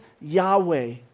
Yahweh